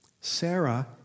Sarah